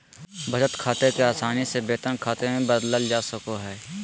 बचत खाते के आसानी से वेतन खाते मे बदलल जा सको हय